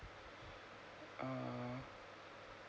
ah